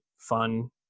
fun